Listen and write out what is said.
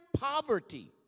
poverty